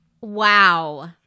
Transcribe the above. wow